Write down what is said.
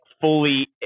fully